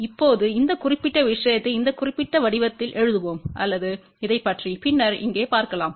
இப்போது இந்த குறிப்பிட்ட விஷயத்தை இந்த குறிப்பிட்ட வடிவத்தில் எழுதுவோம் அல்லது இதைப் பற்றி பின்னர் இங்கே பார்க்கலாம்